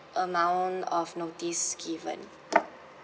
amount of notice given